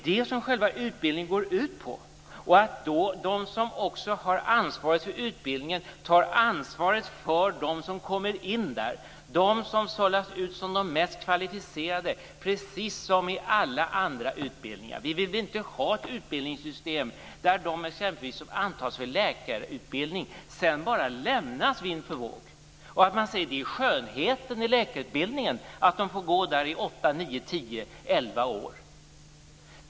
Det som själva utbildningen går ut på är ju att de som har ansvaret för utbildning tar ansvar för dem som kommer in där, för dem som sållas ut som de mest kvalificerade - precis som på alla andra utbildningar. Vi vill väl inte ha ett utbildningssystem där de som t.ex. antas på läkarutbildningen sedan bara lämnas vind för våg. Det är väl inte skönheten i läkarutbildningen att de får går där åtta, nio, tio eller elva år.